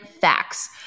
facts